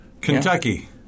Kentucky